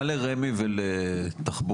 מה לרמ"י ולתחבורה?